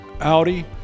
Audi